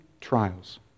trials